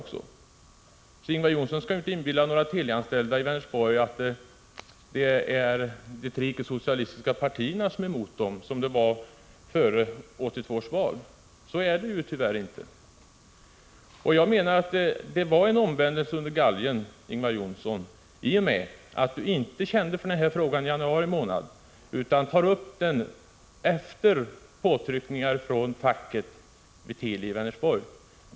Ingvar Johnsson skall därför inte inbilla de Telianställda i Vänersborg att det är de tre icke-socialistiska partierna som är emot dem, som förhållandet var före 1982 års val. Ingvar Johnsson kände alltså inte för den här frågan i januari månad utan tar upp den efter påtryckningar från facket vid Teli i Vänersborg.